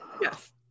Yes